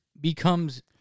becomes